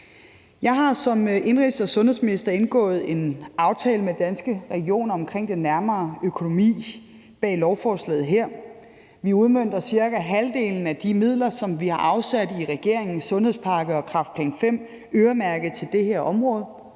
Jeg har som indenrigs- og sundhedsminister indgået en aftale med Danske Regioner omkring den nærmere økonomi bag lovforslaget her. Vi udmønter cirka halvdelen af de midler, som vi har afsat i regeringens sundhedspakke og kræftplan V øremærket til det her område,